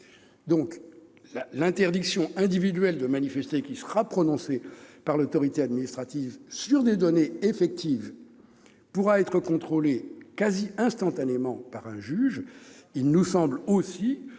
L'interdiction individuelle de manifester qui sera prononcée par l'autorité administrative sur des données objectives pourra être contrôlée quasi instantanément par un juge. Cet outil